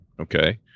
Okay